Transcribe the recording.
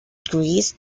greece